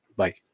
bye